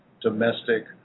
domestic